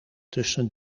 tussen